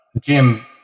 Jim